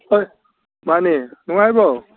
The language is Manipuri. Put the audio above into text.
ꯍꯣꯏ ꯃꯥꯅꯦ ꯅꯨꯡꯉꯥꯏꯔꯤꯕꯣ